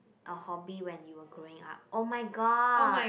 a hobby when you were growing up oh-my-god